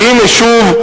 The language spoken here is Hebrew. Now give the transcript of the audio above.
שהנה שוב,